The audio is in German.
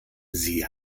sie